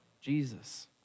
Jesus